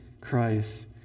Christ